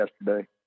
yesterday